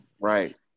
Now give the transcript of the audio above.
Right